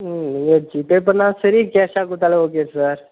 ம் நீங்கள் ஜீப்பே பண்ணிணாலும் சரி கேஷாக கொடுத்தாலும் ஓகே சார்